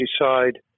decide